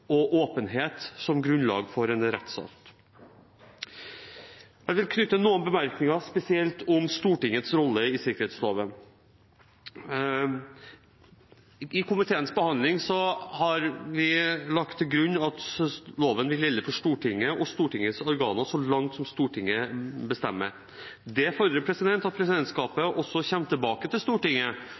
og åpenhet som grunnlag for en rettsstat. Jeg har noen bemerkninger knyttet spesielt til Stortingets rolle i sikkerhetsloven. I komiteens behandling har vi lagt til grunn at loven vil gjelde for Stortinget og Stortingets organer så langt Stortinget bestemmer. Det fordrer at presidentskapet kommer tilbake til Stortinget